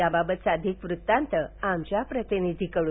याबाबतचा अधिक वृत्तांत आमच्या प्रतिनिधीकडून